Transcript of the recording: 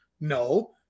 No